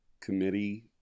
committee